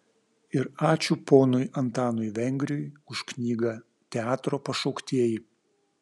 ir ačiū ponui antanui vengriui už knygą teatro pašauktieji